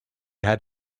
had